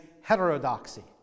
heterodoxy